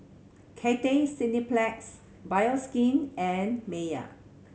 Cathay Cineplex Bioskin and Mayer